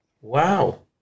Wow